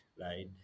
right